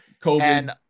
COVID